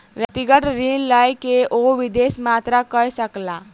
व्यक्तिगत ऋण लय के ओ विदेश यात्रा कय सकला